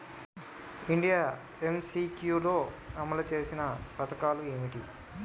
India MCQ లో అమలు చేసిన పథకాలు ఏమిటి?